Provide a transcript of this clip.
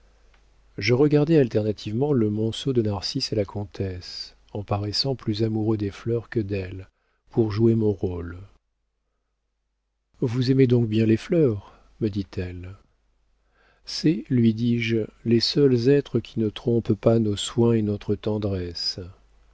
je regardais alternativement le monceau de narcisses et la comtesse en paraissant plus amoureux des fleurs que d'elle pour jouer mon rôle vous aimez donc bien les fleurs me dit-elle c'est lui dis-je les seuls êtres qui ne trompent pas nos soins et notre tendresse